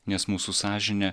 nes mūsų sąžinė